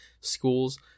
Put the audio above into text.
schools